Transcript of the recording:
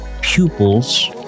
pupils